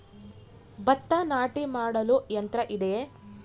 ಭತ್ತ ನಾಟಿ ಮಾಡಲು ಯಂತ್ರ ಇದೆಯೇ?